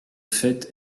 fêtes